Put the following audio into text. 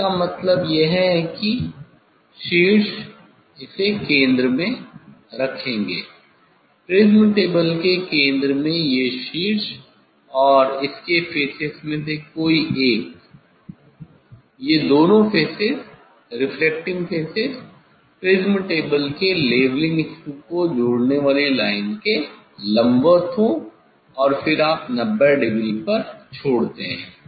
इसका मतलब यह है कि ये शीर्ष इसे केंद्र में रखेंगे प्रिज़्म टेबल के केंद्र में ये शीर्ष और इसके फेसेस में से कोई एक ये दोनों faces refracting faces prism table के लेवलिंग स्क्रू को जोड़ने वाली लाइन के लंबवत हो और फिर आप 90 डिग्री पर छोड़ते हैं